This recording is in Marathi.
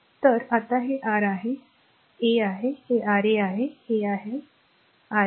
तर आता हे r आहे हे a आहे हे r a आहे हे a आहे आणि हे r a आहे